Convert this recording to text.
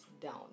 down